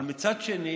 מצד שני,